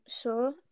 Sure